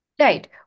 Right